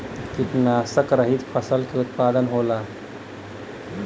कीटनाशक रहित फसल के उत्पादन होला